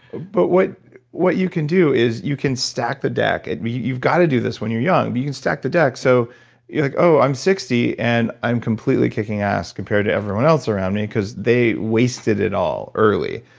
but what what you can do is you can stack the deck and you've got to do this when you're young. but you can stack the deck. so you're like oh i'm sixty and i'm completely kicking ass compared to everyone else around me because they wasted it all early.